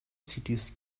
cities